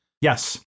Yes